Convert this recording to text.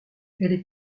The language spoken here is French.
est